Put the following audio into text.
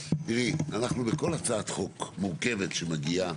תראי, אנחנו בכל הצעת חוק מורכבת שמגיעה,